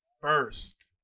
first